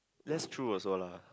that's true also lah